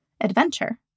Adventure